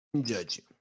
judge